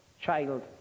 child